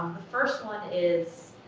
the first one is,